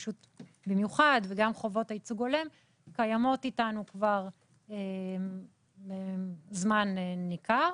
במיוחד וגם חובות הייצוג ההולם קיימות איתנו כבר זמן ניכר